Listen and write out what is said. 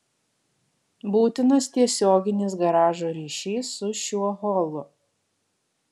būtinas tiesioginis garažo ryšys su šiuo holu